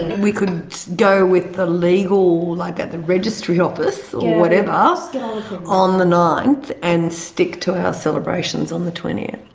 we could go with the legal, like at the registry office or whatever ah so on the ninth, and stick to our celebrations on the twentieth.